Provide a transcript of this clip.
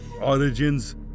Origins